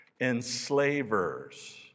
enslavers